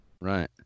Right